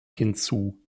hinzu